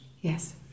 Yes